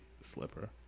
slipper